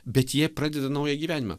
bet jie pradeda naują gyvenimą